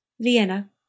Vienna